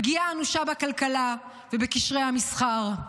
פגיעה אנושה בכלכלה ובקשרי המסחר.